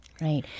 right